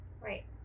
right